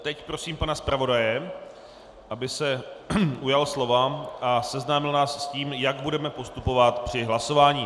Teď prosím pana zpravodaje, aby se ujal slova a seznámil nás s tím, jak budeme postupovat při hlasování.